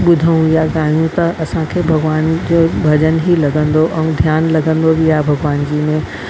ॿुधूं या ॻायूं त असांखे भॻवान जो भजन ई लॻंदो ऐं ध्यानु लॻंदो बि आहे भगवान जी में